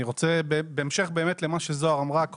אני רוצה בהמשך באמת למה שזוהר אמרה,